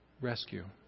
rescue